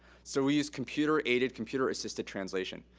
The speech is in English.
so we use computer-aided, computer-assisted translation.